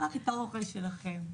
רק את האוכל שלכם.